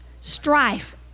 strife